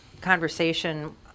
conversation